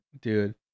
dude